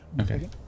Okay